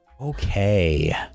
Okay